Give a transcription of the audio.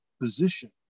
position